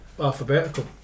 alphabetical